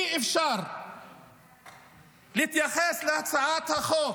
אי-אפשר להתייחס להצעת חוק